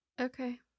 Okay